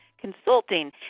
consulting